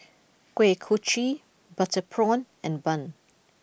Kuih Kochi Butter Prawn and Bun